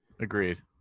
agreed